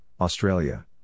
Australia